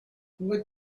what